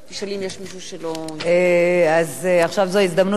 עכשיו זו ההזדמנות האחרונה,